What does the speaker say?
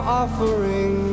offering